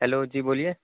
hello جی بولیے